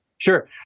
Sure